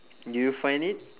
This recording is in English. do you find it